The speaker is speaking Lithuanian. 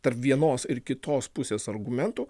tarp vienos ir kitos pusės argumentų